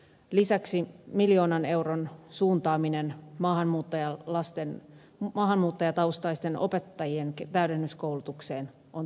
lisäksi miljoonan euron suuntaaminen maahanmuuttajataustaisten opettajien täydennyskoulutukseen on tarpeellinen